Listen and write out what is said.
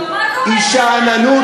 היא שאננות.